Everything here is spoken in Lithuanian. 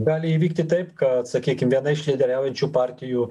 gali įvykti taip kad sakykim viena iš lyderiaujančių partijų